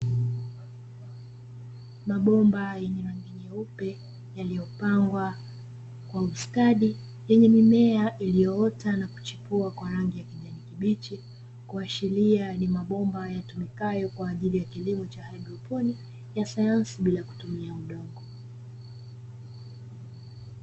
Mabomba yenye rangi nyeupe yaliyopangwa kwa ustadi; yenye mimea iliyoota na kuchipua kwa rangi ya kijani kibichi, kuashiria ni mabomba yatumikayo kwa ajili ya kilimo cha haidroponi, ya sayansi bila kutumia udongo.